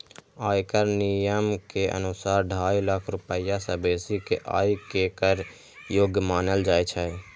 आयकर नियम के अनुसार, ढाई लाख रुपैया सं बेसी के आय कें कर योग्य मानल जाइ छै